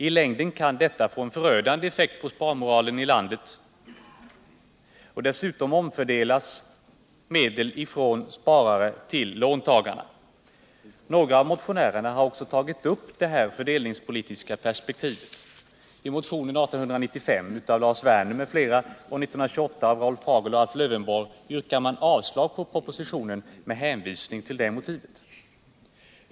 I längden kan detta få en förödande effekt på sparmoralen i landet. Dessutom omfördelas medel från sparare till låntagare. Några av motionärerna har också tagit upp det fördelningspolitiska perspektivet. I motionen 1895 av Lars Werner m.fl. och 1928 av Rolf Hagel och Alf Lövenborg yrkar man avslag på propositionen med hänvisning till detta motiv.